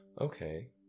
Okay